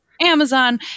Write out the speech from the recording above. Amazon